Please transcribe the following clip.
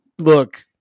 look